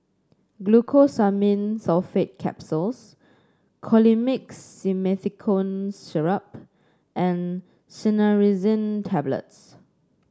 Glucosamine Sulfate Capsules Colimix Simethicone Syrup and Cinnarizine Tablets